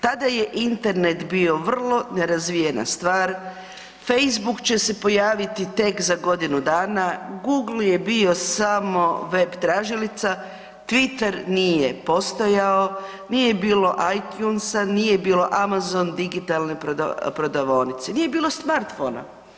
Tada je Internet bio vrlo nerazvijena stvar, Facebook će se pojaviti tek za godinu dana, Google je bio samo web tražilica, Twitter nije postojao, nije bilo iTunes-a, nije bilo Amazon digitalne prodavaonice, nije bilo smartphona.